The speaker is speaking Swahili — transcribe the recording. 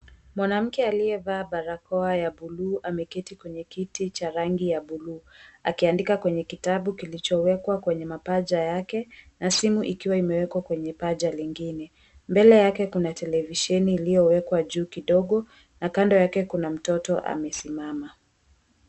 Mwanamke aliyevaa barakoa ya buluu ameketi kwenye kiti cha rangi ya buluu, akiandika kwenye kitabu kilichowekwa kwenye mapaja yake na simu ikiwa imewekwa kwenye paja lingine. Mbele yake kuna televisheni iliyowekwa juu kidogo na kando yake kuna mtoto amesimama.